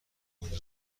اونجا